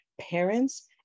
parents